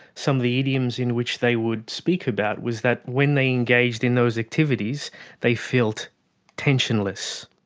some of the idioms in which they would speak about was that when they engaged in those activities they felt tensionless,